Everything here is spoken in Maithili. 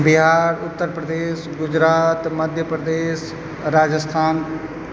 बिहार उत्तर प्रदेश गुजरात मध्य प्रदेश राजस्थान